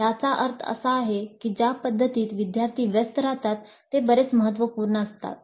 याचा अर्थ असा आहे की ज्या पद्धतीत विद्यार्थी व्यस्त राहतात ते बरेच महत्त्वपूर्ण असतात